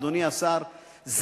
אדוני השר,